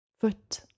foot